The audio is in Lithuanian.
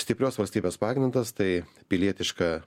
stiprios valstybės pagrindas tai pilietiška